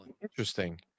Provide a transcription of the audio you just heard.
Interesting